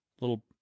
little